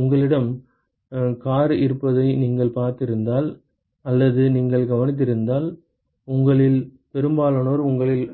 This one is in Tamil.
உங்களிடம் கார் இருப்பதை நீங்கள் பார்த்திருந்தால் அல்லது நீங்கள் கவனித்திருந்தால் உங்களில் பெரும்பாலானோர் உங்களில்